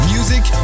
Music